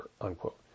Unquote